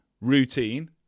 routine